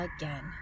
again